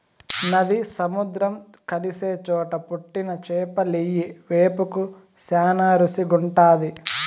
నది, సముద్రం కలిసే చోట పుట్టిన చేపలియ్యి వేపుకు శానా రుసిగుంటాది